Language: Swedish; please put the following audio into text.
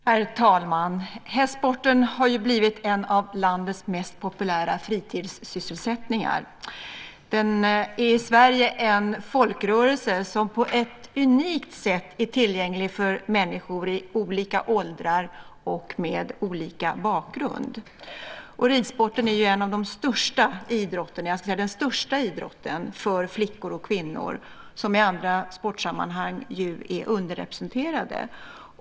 Herr talman! Hästsporten har blivit en av landets mest populära fritidssysselsättningar. Den är i Sverige en folkrörelse som på ett unikt sätt är tillgänglig för människor i olika åldrar och med olika bakgrund. Ridsporten är den största idrotten för flickor och kvinnor, som i andra sportsammanhang ju är underrepresenterade.